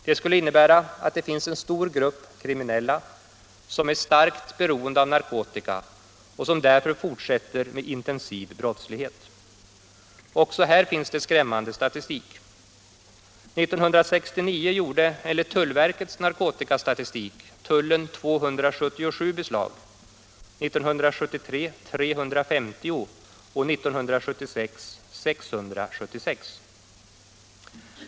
Det skulle innebära att det finns en stor grupp kriminella, som är starkt beroende av narkotika och som därför fortsätter med intensiv brottslighet. Även här finns skrämmande statistik. 1969 gjorde, enligt tullverkets narkotikastatistik, tullen 277 beslag, 1973 gjorde den 350 beslag och 1976 var det 676.